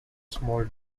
small